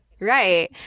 Right